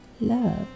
love